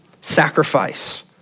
sacrifice